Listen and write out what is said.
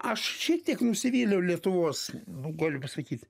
aš šitiek nusivyliau lietuvos nu galiu pasakyt